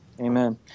Amen